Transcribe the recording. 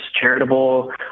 charitable